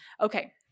Okay